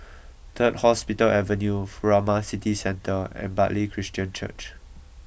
Third Hospital Avenue Furama City Centre and Bartley Christian Church